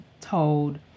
told